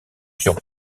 sur